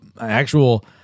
actual